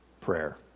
prayer